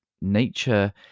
nature